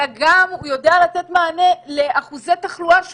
אלא הוא גם יודע לתת מענה לאחוזי תחלואה שונים,